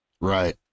Right